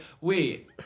Wait